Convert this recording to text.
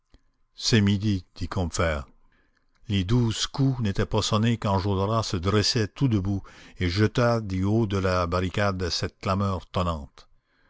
c'est midi dit combeferre les douze coups n'étaient pas sonnés qu'enjolras se dressait tout debout et jetait du haut de la barricade cette clameur tonnante